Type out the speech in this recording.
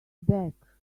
back